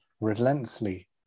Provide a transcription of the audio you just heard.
relentlessly